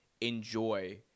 enjoy